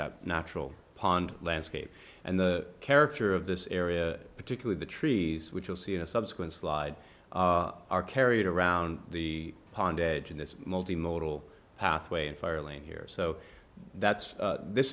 that natural pond landscape and the character of this area particularly the trees which you'll see in a subsequent slide are carried around the pond edge in this multi modal pathway and fire lane here so that's this